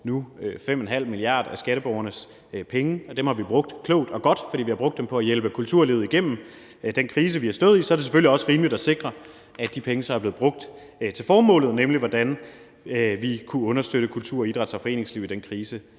5,5 mia. kr. af skatteborgernes penge – og dem har vi brugt klogt og godt, for vi har brugt dem på at hjælpe kulturlivet igennem den krise, vi har stået i – så er det selvfølgelig også rimeligt at sikre, at de penge er blevet brugt til formålet, nemlig at understøtte kultur-, idræts- og foreningslivet i den krise,